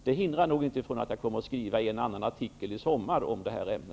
Det hindrar inte från att jag i sommar nog kommer att skriva en och en annan artikel i detta ämne.